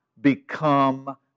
become